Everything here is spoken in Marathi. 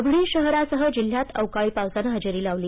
परभणी शहरासह जिल्ह्यात अवकाळी पावसाने हजेरी लावली